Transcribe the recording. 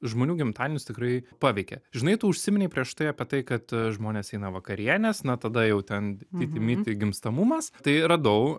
žmonių gimtadienius tikrai paveikia žinai tu užsiminei prieš tai apie tai kad žmonės eina vakarienės na tada jau ten fitimiti gimstamumas tai radau